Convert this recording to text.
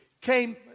came